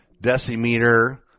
decimeter